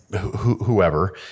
whoever